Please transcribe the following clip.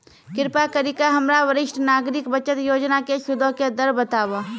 कृपा करि के हमरा वरिष्ठ नागरिक बचत योजना के सूदो के दर बताबो